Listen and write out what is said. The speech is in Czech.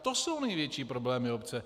To jsou největší problémy obce.